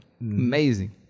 Amazing